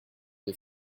des